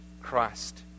Christ